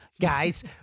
guys